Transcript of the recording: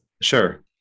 Sure